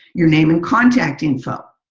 your name and contact info.